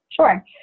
Sure